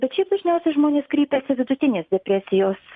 bet šiaip dažniausiai žmonės kreipiasi vidutinės depresijos